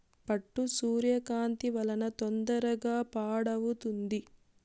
పట్టు సూర్యకాంతి వలన తొందరగా పాడవుతుంది